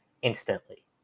instantly